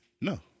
no